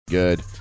Good